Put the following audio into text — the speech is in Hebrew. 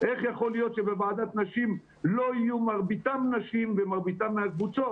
איך יכול להיות שבוועדת נשים הרוב לא יהיו נשים ולא מהקבוצות?